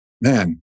man